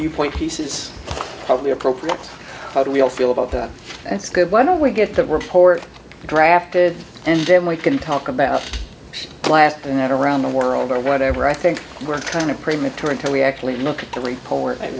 you points piece it's probably appropriate how do we all feel about that that's good why don't we get that report drafted and then we can talk about last night around the world or whatever i think we're kind of premature until we actually look at the report and